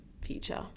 future